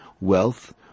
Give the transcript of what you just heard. wealth